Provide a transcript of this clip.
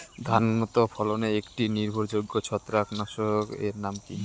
ধান উন্নত ফলনে একটি নির্ভরযোগ্য ছত্রাকনাশক এর নাম কি?